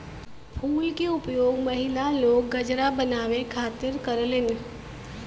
फूल के उपयोग महिला लोग गजरा बनावे खातिर करलीन